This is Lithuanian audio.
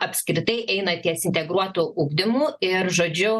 apskritai eina ties integruotu ugdymu ir žodžiu